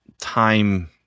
time